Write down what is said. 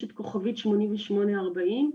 יש את כוכבים שמונים ושמונה ארבעים,